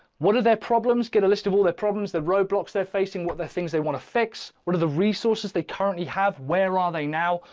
what are their problems, get a list of all their problems, the roadblocks they're facing, what the things they want to fix. what are the resources they currently have? where are ah they now?